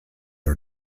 are